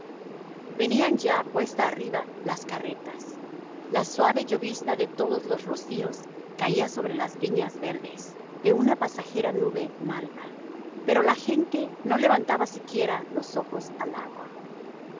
venían ya cuesta arriba las carretas la suave llovizna de todos los rocíos caía sobre las viñas verdes de una pasajera nube malva pero la gente no levantaba siquiera los ojos al agua